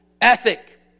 ethic